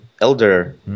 elder